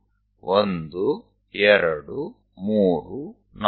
તો આ એક રસ્તો છે 12345